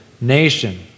nation